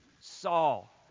Saul